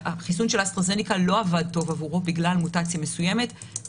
שהחיסון של האסטהרזניקה לא עבד טוב עבורו בגלל מוטציה מסוימת.